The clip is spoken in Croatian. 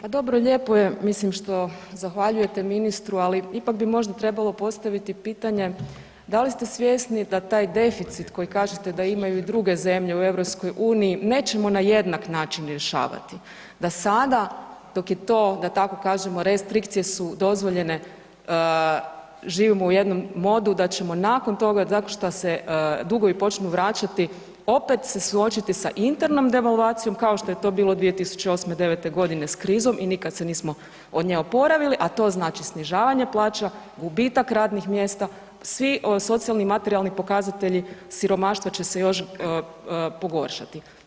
Pa dobro lijepo je što zahvaljujete ministru, ali ipak bi možda trebalo postaviti pitanje da li ste svjesni da taj deficit koji kažete da imaju i druge zemlje u EU nećemo na jednak način rješavati, da sada dok je to, da tako kažem, restrikcije su dozvoljene, živimo u jednom modu da ćemo nakon toga tako što se dugovi počnu vraćati opet se suočiti sa internom devalvacijom kao što je to bilo 2008., 2009. s krizom i nikad se nismo od nje oporavili, a to znači snižavanje plaća, gubitak radnih mjesta, svi socijalni i materijalni pokazatelji siromaštva će se još pogoršati?